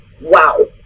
wow